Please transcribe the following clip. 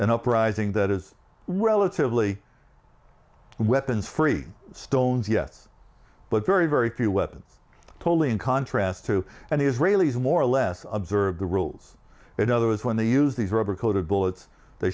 an uprising that is relatively weapons free stones yes but very very few weapons totally in contrast to and the israelis more or less observe the rules in other words when they use these rubber coated bullets they